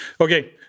okay